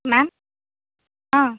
ma'am ஆ